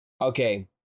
okay